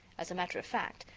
as a matter of fact,